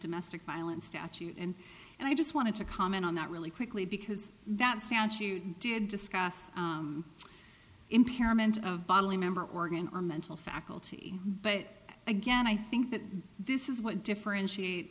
domestic violence statute and and i just wanted to comment on that really quickly because that stance you did discuss impairment of bodily member organ or mental faculty but again i think that this is what differentiate